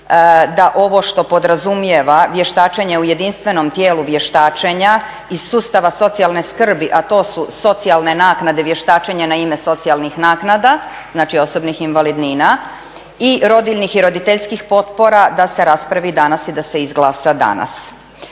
da ovo što podrazumijeva vještačenje u jedinstvenom tijelu vještačenja iz sustava socijalne skrbi, a to su socijalne naknade, vještačenja na ime socijalnih naknada, znači osobnih invalidnina i rodiljnih i roditeljskih potpora da se raspravi danas i da se izglasa danas.